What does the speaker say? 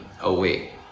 away